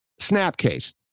Snapcase